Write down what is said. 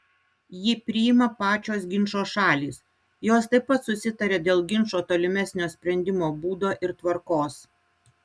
jį priima pačios ginčo šalys jos taip pat susitaria dėl ginčo tolimesnio sprendimo būdo ir tvarkos